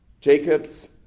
Jacob's